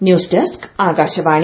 news desk Akashvani